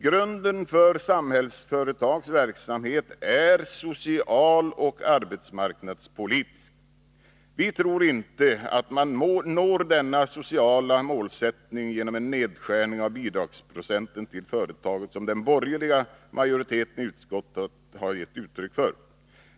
Grunden för Samhällsföretags verksamhet är social och arbetsmarknadspolitisk. Vi tror inte att denna sociala målsättning nås genom en nedskärning av bidragsprocenten till företaget — något som den borgerliga majoriteten i utskottet har gett uttryck för.